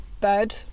bird